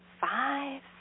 Five